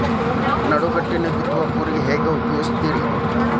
ನಡುಕಟ್ಟಿನ ಬಿತ್ತುವ ಕೂರಿಗೆ ಹೆಂಗ್ ಉಪಯೋಗ ರಿ?